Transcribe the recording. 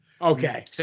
Okay